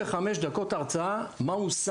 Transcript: אבל אני יודעת שרוב הרשויות, מהבוקר